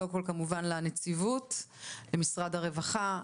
קודם כל כמובן לנציבות, למשרד הרווחה.